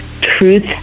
truth